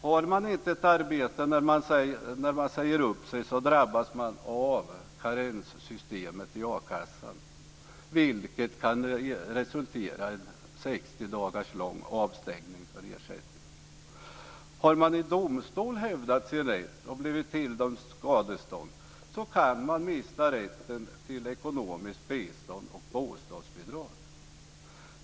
Har man inte ett arbete när man säger upp sig drabbas man av karenssystemet i a-kassan, vilket kan resultera i en 60 dagar lång avstängning från ersättning. Har man i domstol hävdat sin rätt och blivit tilldömd skadestånd kan man mista rätten till ekonomiskt bistånd och bostadsbidrag.